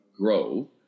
grow